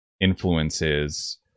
influences